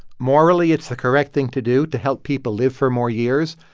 morally, it's the correct thing to do to help people live for more years.